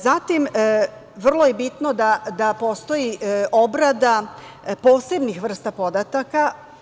Zatim, vrlo je bitno da postoji obrada posebnih vrsta podataka.